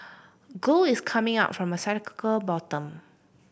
gold is coming up from a bottom